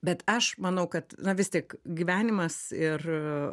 bet aš manau kad na vis tiek gyvenimas ir